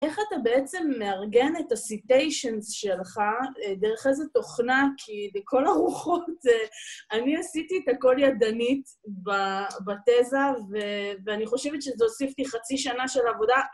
איך אתה בעצם מארגן את הסיטיישנס שלך? דרך איזה תוכנה? כי לכל הרוחות אני עשיתי את הכול ידנית בתזה, ואני חושבת שזה הוסיף לי איזה חצי שנה של עבודה.